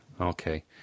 Okay